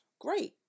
Great